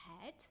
head